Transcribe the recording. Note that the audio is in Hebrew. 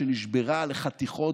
שנשברה לחתיכות,